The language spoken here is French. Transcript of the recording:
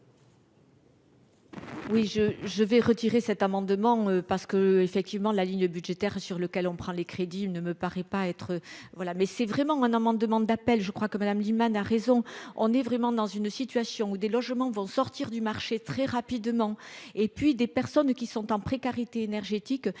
Oui je je vais retirer cet amendement parce que, effectivement, la ligne budgétaire sur lequel on prend les crédits ne me paraît pas être voilà mais c'est vraiment un demande d'appel je crois que Madame Lienemann a raison : on est vraiment dans une situation où des logements vont sortir du marché très rapidement et puis des personnes qui sont en précarité énergétique,